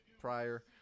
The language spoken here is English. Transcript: prior